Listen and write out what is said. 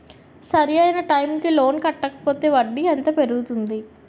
సరి అయినా టైం కి లోన్ కట్టకపోతే వడ్డీ ఎంత పెరుగుతుంది?